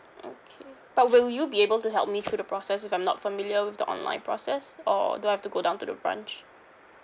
okay but will you be able to help me through the process if I'm not familiar with the online process or do I've to go down to the branch